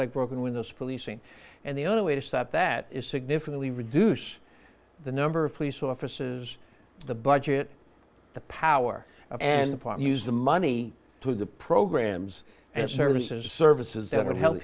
like broken windows policing and the only way to stop that is significantly reduce the number of police offices the budget the power and use the money to the programs and services services that would help